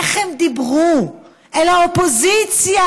איך הם דיברו אל האופוזיציה,